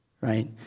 Right